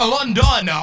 London